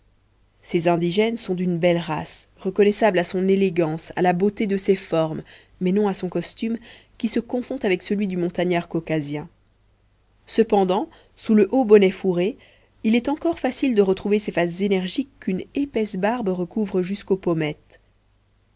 ces indigènes sont d'une belle race reconnaissable à son élégance à la beauté de ses formes mais non à son costume qui se confond avec celui du montagnard caucasien cependant sous le haut bonnet fourré il est encore facile de retrouver ces faces énergiques qu'une épaisse barbe recouvre jusqu'aux pommettes